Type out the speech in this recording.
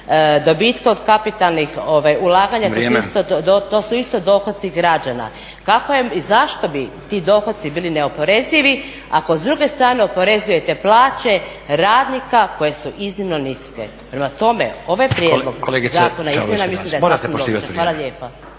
Dobitke od kapitalnih ulaganja, to su isto dohoci građana. Kako i zašto bi ti dohoci bili neoporezivi ako s druge strane oporezujete plaće radnika koje su iznimno niske? Prema tome, ovaj prijedlog zakona izmjena mislim da je sasvim …. Hvala lijepa.